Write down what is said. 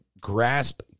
grasp